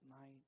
night